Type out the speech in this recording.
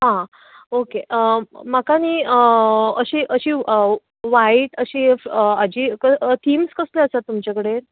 आं ओके म्हाका न्हय अशीं अशीं वायट अशीं हाजीं क थिम्स कसलो आसा तुमचे कडेन